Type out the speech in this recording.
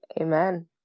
Amen